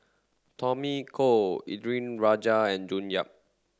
Tommy Koh Indranee Rajah and June Yap